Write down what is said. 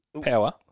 Power